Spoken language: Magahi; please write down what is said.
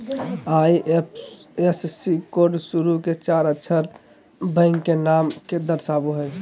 आई.एफ.एस.सी कोड शुरू के चार अक्षर बैंक के नाम के दर्शावो हइ